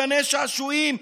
גני שעשועים,